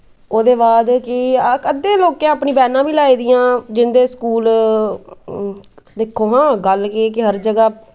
ओह्दे बाद की अद्धे लोकें अपनियां बैन्नां बी लाई दियां जिं'दे स्कूल दिक्खो हां गल्ल केह् के हर जगह्